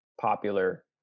popular